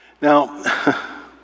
Now